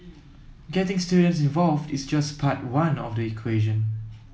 getting students involved is just part one of the equation